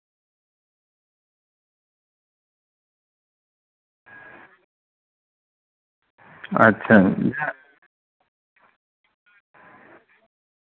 ᱟᱪᱪᱷᱟ